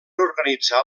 organitzar